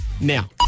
now